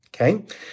okay